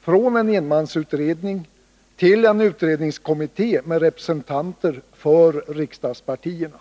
från en enmansutredning till en utredningskommitté med representanter för riksdagspartierna.